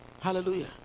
Hallelujah